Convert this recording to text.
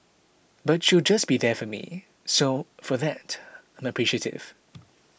but she'll just be there for me so for that I'm appreciative